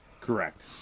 Correct